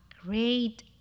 great